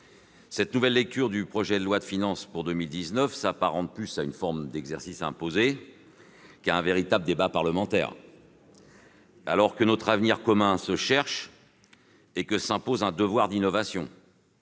cette nouvelle lecture du projet de loi de finances pour 2019 s'apparente plus à une forme d'exercice imposé qu'à un véritable débat parlementaire. Alors que notre avenir commun se cherche et que s'impose un devoir d'innovation,